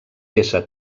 peça